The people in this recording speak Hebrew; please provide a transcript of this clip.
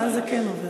ואז זה כן עובר.